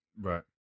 Right